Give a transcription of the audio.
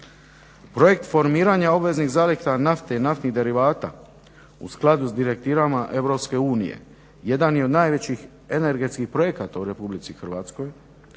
Projekt formiranja obveznih zaliha nafte i naftnih derivata u skladu s direktivama Europske unije jedan je od najvećih energetskih projekata u Republici Hrvatskoj